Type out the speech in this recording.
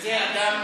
וזה האדם,